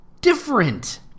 Different